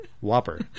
Whopper